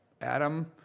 Adam